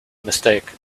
mistake